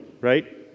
Right